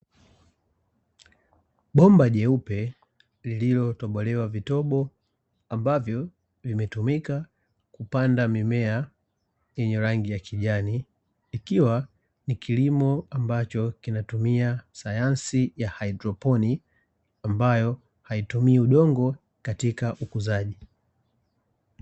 Bomba jeupe, lililotobolewa vitobo ambavyo vimetumika kupanda mimea yenye rangi ya kijani, ikiwa ni kilimo ambacho kinatumia sayansi ya haidroponi, ambayo haitumii udongo katika ukuzaji.